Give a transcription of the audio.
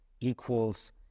equals